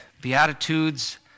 Beatitudes